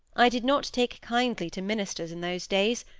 i did not take kindly to ministers in those days,